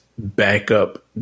Backup